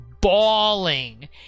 bawling